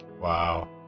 wow